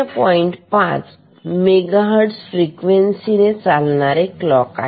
5 megahertz frequency ने चालणारे clock आहे